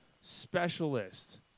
specialist